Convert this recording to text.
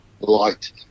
light